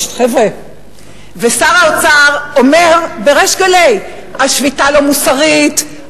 ושר האוצר אומר בריש גלי: השביתה לא מוסרית,